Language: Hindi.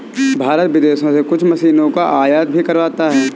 भारत विदेशों से कुछ मशीनों का आयात भी करवाता हैं